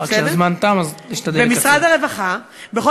במשרד הרווחה, רק שהזמן תם, אז נשתדל לקצר.